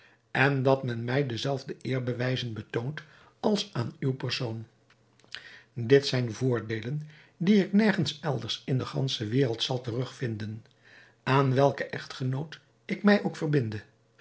en dat men mij de zelfde eerbewijzen betoont als aan uw persoon dit zijn voordeelen die ik nergens elders in de gansche wereld zal terugvinden aan welken echtgenoot ik mij ook verbinde